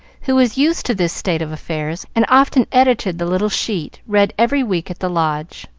who was used to this state of affairs, and often edited the little sheet read every week at the lodge.